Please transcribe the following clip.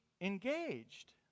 engaged